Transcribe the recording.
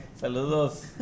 Saludos